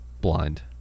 blind